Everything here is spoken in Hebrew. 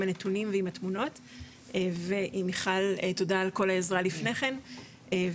הנתונים ועם התמונות ומיכל תודה על כל העזרה לפני כן ואני